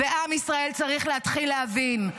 עם ישראל צריך להתחיל להבין,